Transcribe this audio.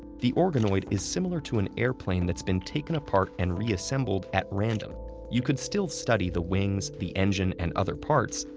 the organoid is similar to an airplane that's been taken apart and reassembled at random you could still study the wings, the engine, and other parts,